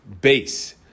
base